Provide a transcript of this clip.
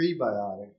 prebiotic